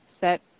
set